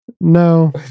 No